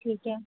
ٹھیک ہے